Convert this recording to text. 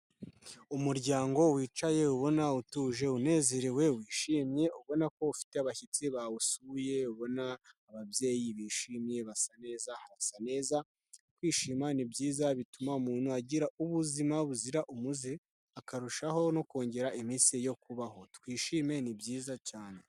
Umuryango wicaye ubona utuje unezerewe wishimye ubona ko ufite abashyitsi bawusuye ubona ababyeyi bishimye basa neza, harasa neza, kwishima ni byiza bituma umuntu agira ubuzima buzira umuze akarushaho no kongera iminsi ye yo kubaho, twishime ni byiza cyane.